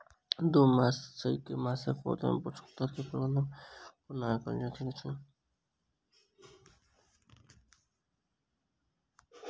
दू मास सँ छै मासक पौधा मे पोसक तत्त्व केँ प्रबंधन कोना कएल जाइत अछि?